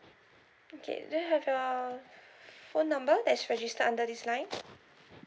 okay do you have your phone number that's registered under this line